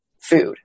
food